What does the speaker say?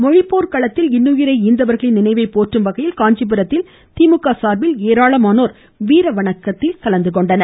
மொழிப்போர் களத்தில் இன்னுயிரை ஈந்தவர்களின் நினைவை போற்றும் வகையில் காஞ்சிபுரத்தில் திமுக சார்பில் ஏராளமானோர் வீர வணக்கம் செலுத்தினர்